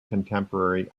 contemporary